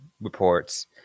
reports